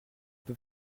peu